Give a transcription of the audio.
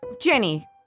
Jenny